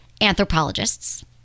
anthropologists